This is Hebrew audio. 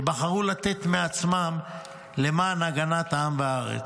שבחרו לתת מעצמם למען הגנת העם וארץ.